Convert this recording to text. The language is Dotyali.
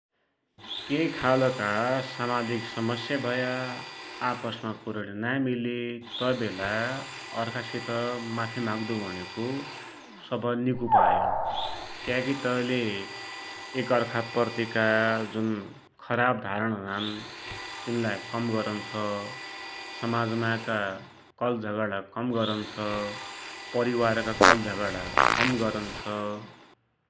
के खालका सामाजिक समस्या भया, आपसमा कुरडी नाइ मिली तै बेला अर्खासित माफी माग्दु भुुणेको सवहै निको उपाय हो । क्याकी तैले एक अर्खाप्रतिका जुन खराव धारणा हुनान् तिनलाई कम नरुन्छ । समाजमाईका कल झगडा कम गरुन्छ, परिवारका कल झगडा कम गरुन्छ ।